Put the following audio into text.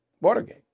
Watergate